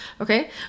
Okay